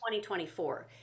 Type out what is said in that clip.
2024